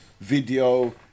video